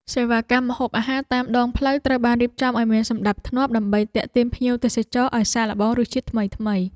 សេវាកម្មម្ហូបអាហារតាមដងផ្លូវត្រូវបានរៀបចំឱ្យមានសណ្តាប់ធ្នាប់ ដើម្បីទាក់ទាញភ្ញៀវទេសចរឱ្យសាកល្បងរសជាតិថ្មីៗ។